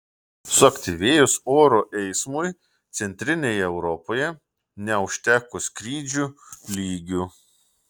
suaktyvėjus oro eismui centrinėje europoje neužteko skrydžių lygių